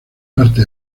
parte